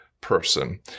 person